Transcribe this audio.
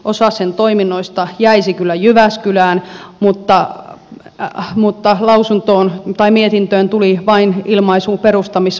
osa sen toiminnoista jäisi kyllä jyväskylään mutta esitykseen tuli ilmaisu perustamisvaiheessa